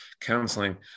counseling